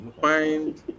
find